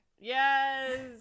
Yes